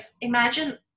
imagine